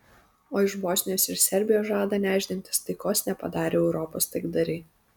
o iš bosnijos ir serbijos žada nešdintis taikos nepadarę europos taikdariai